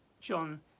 John